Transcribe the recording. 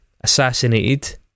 assassinated